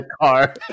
car